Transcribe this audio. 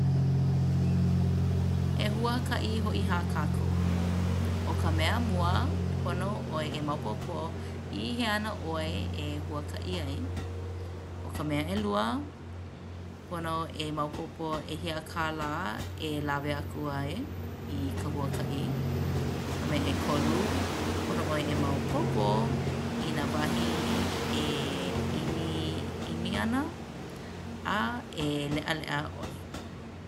E huakaʻi hoʻi hā kākou! ʻO ka mea mua pono ʻoe e maopopo i hea ana ʻoe e huakaʻi ai. ʻO ka mea ʻelua pono e maopopo ʻehia kālā e lawe aku ai i ka huakaʻi. ka mea ʻekolu pono ʻoe e maopopo i nā wahi e ʻimiʻimi ana. A e leʻaleʻa ʻoe!